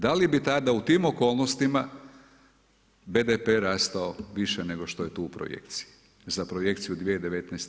Da li bi tada u tim okolnostima BDP rastao više nego što je tu u projekciji za projekciju 2019., 2010.